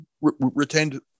retained